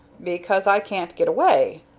because i can't get away.